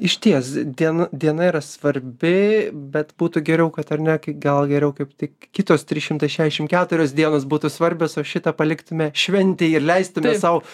išties dien diena yra svarbi bet būtų geriau kad ar ne kai gal geriau kaip tik kitos trys šimtai šešiasdešim keturios dienos būtų svarbios o šitą paliktume šventei ir leistume sau